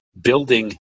building